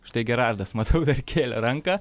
štai gerardas matau dar kėlė ranką